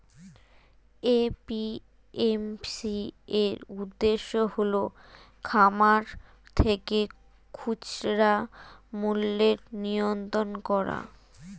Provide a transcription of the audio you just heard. APMC এর উদ্দেশ্য হল খামার থেকে খুচরা মূল্যের নিয়ন্ত্রণ করা